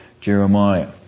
Jeremiah